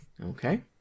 Okay